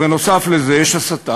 ונוסף על זה יש הסתה,